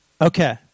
Okay